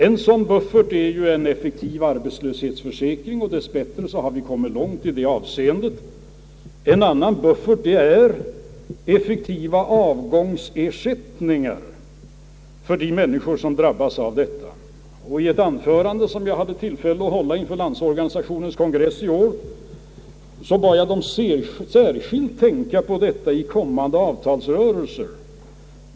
En sådan buffert är en effektiv arbetslöshetsförsäkring, och dess bättre har vi kommit långt i det avseendet. En annan buffert är effektiva avgångsersättningar för de människor som drabbas, I ett anförande som jag hade tillfälle att hålla inför Landsorganisationens kongress i år bad jag kongressen särskilt tänka på avskedsersättningarna i kommande avtalsrörelser.